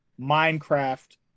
Minecraft